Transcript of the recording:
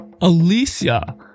Alicia